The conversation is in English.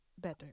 better